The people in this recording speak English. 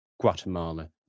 Guatemala